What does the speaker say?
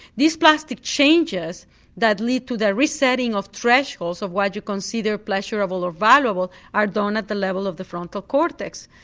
these plastic changes that lead to the resetting of thresholds of what you consider pleasurable or valuable are done at the level of the frontal cortex.